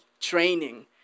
training